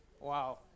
wow